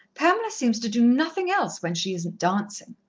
pamela seems to do nothing else, when she isn't dancing.